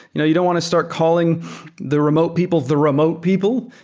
you know you don't want to start calling the remote people the remote people,